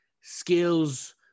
skills